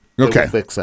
Okay